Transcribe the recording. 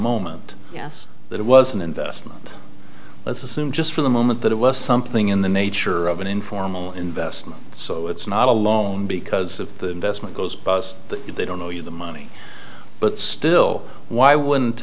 moment yes it was an investment let's assume just for the moment that it was something in the nature of an informal investment so it's not a loan because the vestment goes bust but they don't owe you the money but still why wouldn't